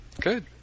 Good